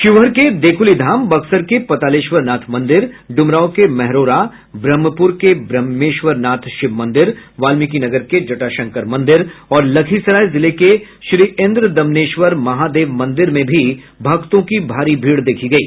शिवहर के देक्लीधाम बक्सर के पतालेश्वर नाथ मंदिर ड्मरांव के मैहरौरा ब्रहमपुर के ब्रहेमश्वरनाथ शिव मंदिर वाल्मिकी नगर के जटाशंकर मंदिर और लखीसराय जिले के श्रीइंद्र दमनेश्वर महादेव मंदिर में भी भक्तों की भारी भीड़ देखी गयी